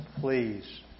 please